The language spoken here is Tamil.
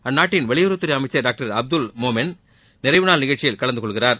அந்நாட்டின் வெளியுறவுத்துறை அமைச்சர் டாக்டர் அப்துல் மோமென் நிறைவு நாள் நிகழ்ச்சியில் கலந்துகொள்கிறார்